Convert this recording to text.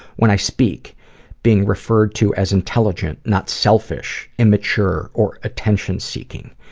when i speak being referred to as intelligent not selfish, immature or attention seeking.